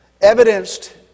Evidenced